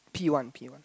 P one P one